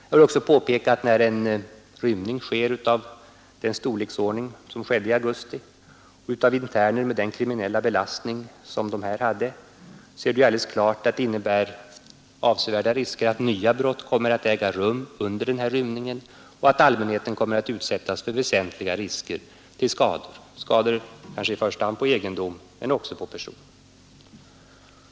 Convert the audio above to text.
Jag vill också påpeka att när en rymning sker av den storleksordning som det var fråga om i augusti och av interner med den kriminella belastning som dessa hade så är det ju alldeles klart att det innebär avsevärda risker för att nya brott kommer att begås och att allmänheten löper väsentliga risker för skador, kanske i första hand på egendom men också på person.